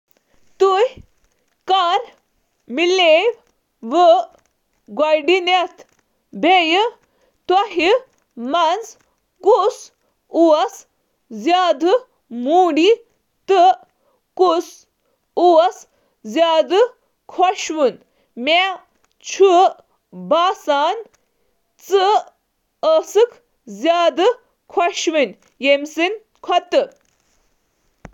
ییٚلہِ تُہۍ مِلیے، کُس اوس موڈی تہٕ کُس اوس خوبصوٗر؟ مےٚ چھُ باسان ژٕ ٲس خوبصوٗر۔